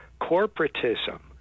corporatism